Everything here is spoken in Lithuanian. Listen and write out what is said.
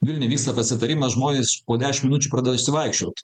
vilniuj vyksta pasitarimas žmonės po dešim minučių pradeda išsivaikščiot